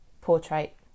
portrait